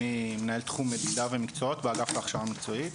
אני מנהל תחום מדידה ומקצועות באגף להכשרה מקצועית,